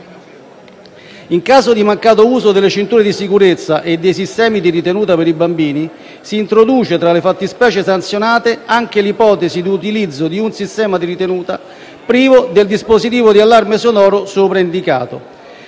In caso di mancato uso delle cinture di sicurezza e dei sistemi di ritenuta per i bambini, si introduce tra le fattispecie sanzionate anche l'ipotesi di utilizzo di un sistema di ritenuta privo del dispositivo di allarme sonoro sopraindicato.